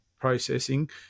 processing